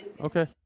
Okay